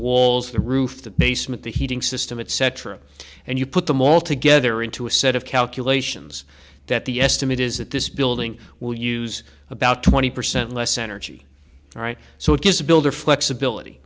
walls the roof the basement the heating system etc and you put them all together into a set of calculations that the estimate is that this building will use about twenty percent less energy all right so it gives the builder flexibility